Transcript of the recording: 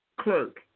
clerk